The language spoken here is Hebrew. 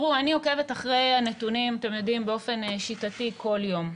אני עוקבת אחרי הנתונים באופן שיטתי כל יום.